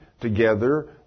together